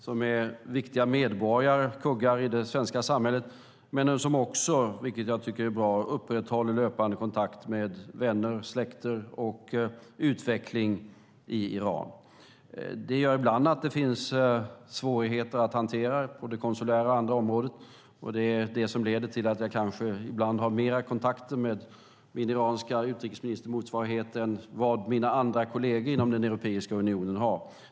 De är viktiga medborgare och kuggar i det svenska samhället, men upprätthåller också - vilket jag tycker är bra - löpande kontakt med vänner och släkt i Iran och följer utvecklingen där. Det gör ibland att det finns svårigheter att hantera på det konsulära och andra områden, och det är det som leder till att jag kanske ibland har mer kontakter med min iranska utrikesministermotsvarighet än vad mina kolleger inom Europeiska unionen har.